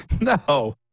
No